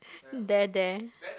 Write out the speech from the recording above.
there there